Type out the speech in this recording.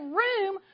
room